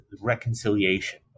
reconciliation